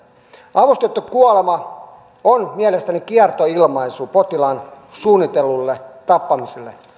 avustettu kuolema on mielestäni kiertoilmaisu potilaan suunnitellulle tappamiselle